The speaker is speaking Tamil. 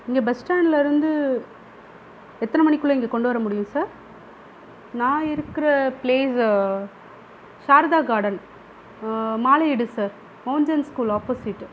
இங்கே பஸ் ஸ்டாண்ட்லிலிருந்து எத்தனை மணிக்குள்ளே இங்கே கொண்டு வர முடியும் சார் நான் இருக்கிற பிளேஸ் சாரதா கார்டன் மாலையீடு சார் மவுஞ்ஜன் ஸ்கூல் ஆப்போஸிட்